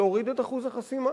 להוריד את אחוז החסימה.